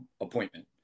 appointment